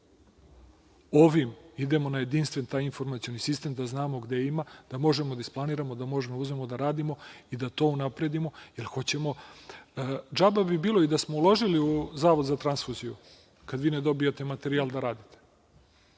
Ovim idemo na jedinstveni informacioni sistem da znamo gde ima, da možemo da isplaniramo, da možemo da uzmemo da radimo i da to unapredimo i da hoćemo. DŽaba bi bilo i da smo uložili u Zavod za transfuziju, kada vi ne dobijate materijal da radite,